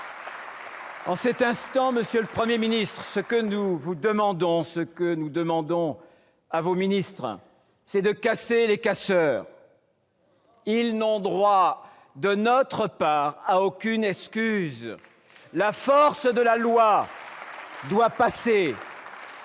En cet instant, monsieur le Premier ministre, ce que nous vous demandons, ce que nous demandons à vos ministres, c'est de casser les casseurs ! Ils n'ont droit, de notre part, à aucune excuse ! La force de la loi doit passer